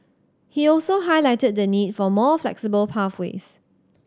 he also highlighted the need for more flexible pathways